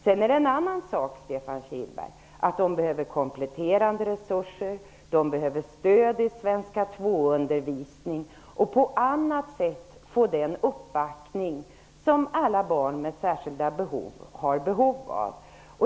Sedan är det en annan sak, Stefan Kihlberg, att de behöver kompletterande resurser, stöd i svenska 2-undervisning och på annat sätt få den uppbackning som alla barn med särskilda behov behöver.